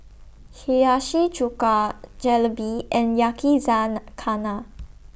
Hiyashi Chuka Jalebi and Yakizakana